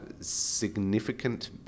significant